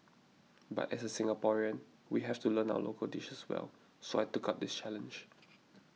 but as a Singaporean we have to learn our local dishes well so I took up this challenge